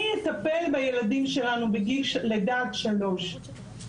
מי יטפל בילדים שלנו בגיל לידה עד שלוש?